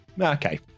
Okay